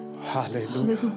Hallelujah